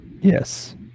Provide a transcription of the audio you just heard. Yes